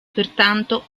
pertanto